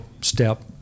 step